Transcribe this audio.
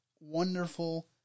wonderful